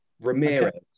Ramirez